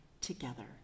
together